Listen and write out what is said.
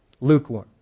lukewarm